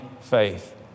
faith